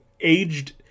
aged